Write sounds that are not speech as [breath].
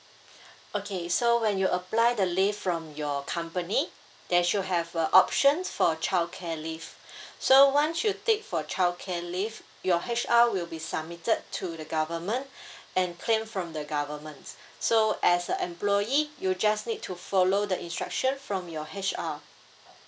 [breath] okay so when you apply the leave from your company there should have a options for childcare leave so once you take for childcare leave your H_R will be submitted to the government and claim from the government so as a employee you just need to follow the instruction from your H_R